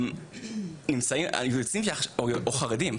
לגבי חרדים,